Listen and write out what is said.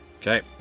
Okay